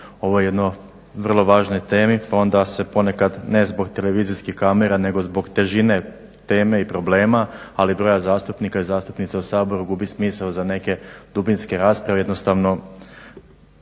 ovoj jednoj vrlo važnoj temi, pa onda se ponekad, ne zbog televizijskih kamera, nego zbog težine teme i problema ali i broja zastupnika i zastupnica u Saboru gubi smisao za neke dubinske rasprave. Jednostavno